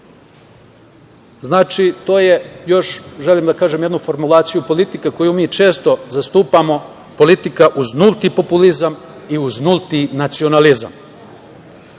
znači, to je, želim da kažem još jednu formulaciju, politika koju mi često zastupamo, politika uz nulti populizam i uz nulti nacionalizam.